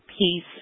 peace